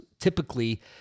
typically